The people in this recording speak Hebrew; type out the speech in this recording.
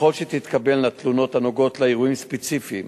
ככל שתתקבלנה תלונות הנוגעות לאירועים ספציפיים,